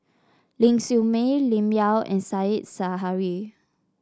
Ling Siew May Lim Yau and Said Zahari